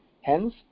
Hence